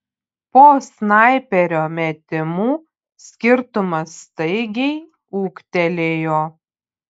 po snaiperio metimų skirtumas staigiai ūgtelėjo